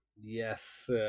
Yes